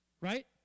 Right